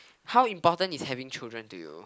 how important is having children to you